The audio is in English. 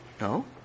No